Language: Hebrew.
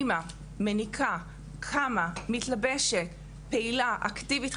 אמא מניקה, מתלבשת לבד, פעילה, אקטיבית.